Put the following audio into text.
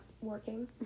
working